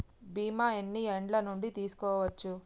బీమా ఎన్ని ఏండ్ల నుండి తీసుకోవచ్చు?